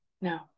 No